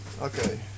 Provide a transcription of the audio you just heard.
Okay